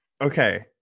Okay